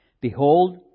Behold